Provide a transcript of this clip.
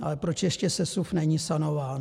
Ale proč ještě sesuv není sanován?